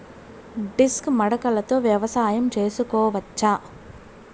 Disc మడకలతో వ్యవసాయం చేసుకోవచ్చా??